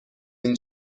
این